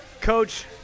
Coach